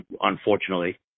unfortunately